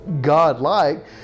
God-like